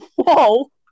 Whoa